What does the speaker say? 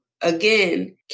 again